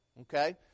okay